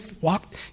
walked